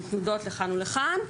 עם תנודות לכאן ולכאן.